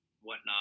whatnot